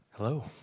Hello